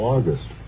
August